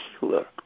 healer